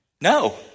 No